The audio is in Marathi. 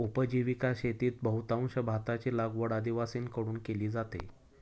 उपजीविका शेतीत बहुतांश भाताची लागवड आदिवासींकडून केली जाते